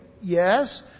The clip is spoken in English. yes